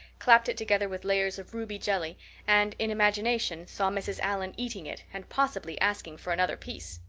clapped it together with layers of ruby jelly and, in imagination, saw mrs. allan eating it and possibly asking for another piece!